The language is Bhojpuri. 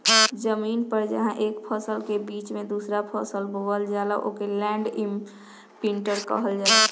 जमीन पर जहां एक फसल के बीच में दूसरा फसल बोवल जाला ओके लैंड इमप्रिन्टर कहल जाला